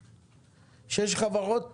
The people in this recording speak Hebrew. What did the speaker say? אבל יש עוד נתון.